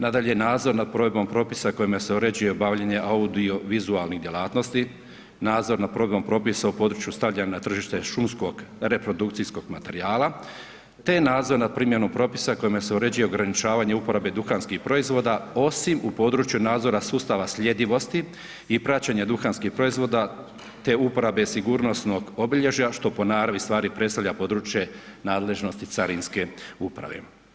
Nadalje nadzor nad provedbom propisa, kojima se uređuje audiovizualnih djelatnosti, nadzor nad provedbom propisa u području stavlja na tržište šumskog reprodukcijskog materijala, te nadzor nad primjenu propisa kojima se uređuje ograničavanje uporabe duhanskih proizvoda, osim u području nadzora, sustava sljedivosti i praćenja duhanskih proizvoda, te uporaba sigurnosnog obilježe, što po naravi stvari predstavlja područje nadležnosti carinske uprave.